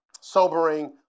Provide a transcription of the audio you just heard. sobering